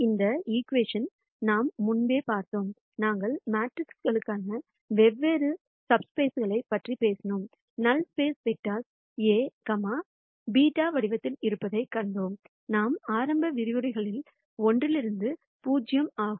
இந்த ஈகிவேஷன் நாம் முன்பே பார்த்தோம் நாங்கள் மேட்ரிக்ஸ்க்குகளுக்கான வெவ்வேறு சப்ஸ்பேஸ்களைப் பற்றி பேசினோம் நல் ஸ்பேஸ் வெக்டர்ஸ் A β வடிவத்தில் இருப்பதைக் கண்டோம் நமது ஆரம்ப விரிவுரைகளில் ஒன்றிலிருந்து 0 ஆகும்